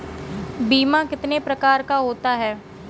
बीमा कितने प्रकार का होता है?